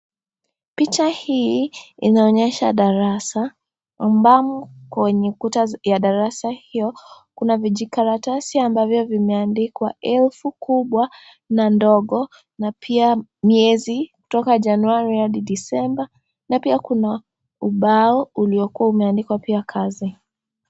Picha hii inaonyesha darasa, ambamo kwenye ukuta ya darasa hiyo kuna vijikaratasi ambavyo vimeandikwa herufi kubwa na ndogo na pia miezi kutoka Januari hadi Disemba na pia kuna ubao uliokuwa imeandikwa pia kazi.